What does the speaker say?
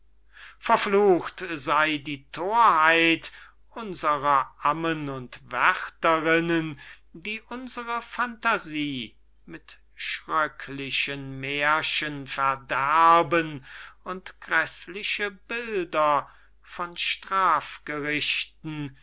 verflucht sey die thorheit unserer ammen und wärterinnen die unsere phantasie mit schröcklichen mährchen verderben und gräßliche bilder von